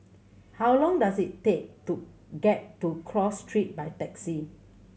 how long does it take to get to Cross Street by taxi